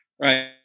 Right